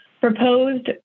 proposed